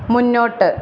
മുന്നോട്ട്